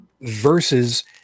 versus